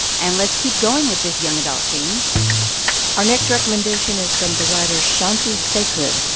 and let's keep going with this young adult theme our next recommendation is from the writer shanthi sekaran.